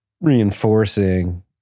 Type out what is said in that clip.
reinforcing